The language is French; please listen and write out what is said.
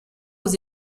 aux